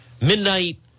Midnight